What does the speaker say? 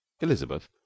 elizabeth